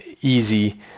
easy